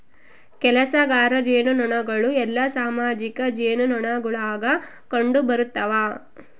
ಕೆಲಸಗಾರ ಜೇನುನೊಣಗಳು ಎಲ್ಲಾ ಸಾಮಾಜಿಕ ಜೇನುನೊಣಗುಳಾಗ ಕಂಡುಬರುತವ